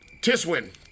Tiswin